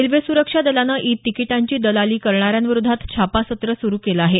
railway सुरक्षा दलानं e तिकिटांची दलाली करणाऱ्यांविरोधात छापासत्र सुरू केलं आहे